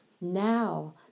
Now